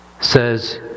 says